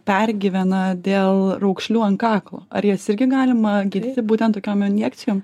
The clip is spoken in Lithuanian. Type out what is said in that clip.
pergyvena dėl raukšlių ant kaklo ar jas irgi galima gydyti būtent tokiom injekcijom